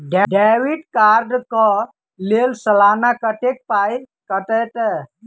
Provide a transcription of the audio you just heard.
Debit card कऽ लेल सलाना कत्तेक पाई कटतै?